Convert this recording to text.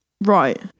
Right